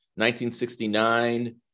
1969